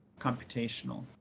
computational